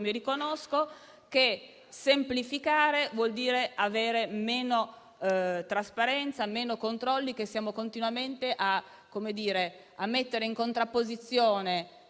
mi riconosco - che semplificare vuol dire avere meno trasparenza, minori controlli e che siamo continuamente a mettere in contrapposizione